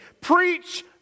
preach